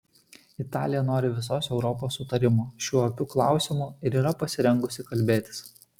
italija nori visos europos sutarimo šiuo opiu klausimu ir yra pasirengusi kalbėtis